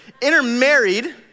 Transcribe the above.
Intermarried